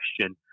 question